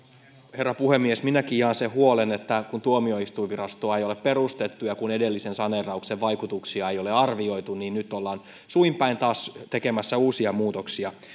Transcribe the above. herra puhemies minäkin jaan sen huolen että kun tuomioistuinvirastoa ei ole perustettu ja kun edellisen saneerauksen vaikutuksia ei ole arvioitu niin nyt ollaan suin päin taas tekemässä uusia muutoksia